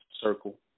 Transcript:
circle